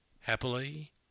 happily